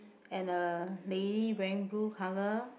and a lady wearing blue colour